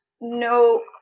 no